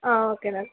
okay అండి